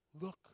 look